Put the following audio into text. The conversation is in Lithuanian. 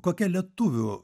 kokia lietuvių